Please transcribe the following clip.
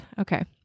okay